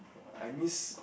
I miss